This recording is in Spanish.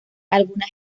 alguna